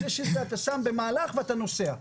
אתה שם במהלך ואתה נוסע.